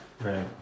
Right